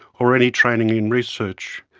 or any training in research.